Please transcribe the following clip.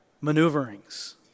maneuverings